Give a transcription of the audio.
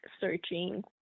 searching